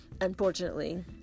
unfortunately